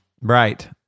Right